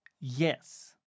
Yes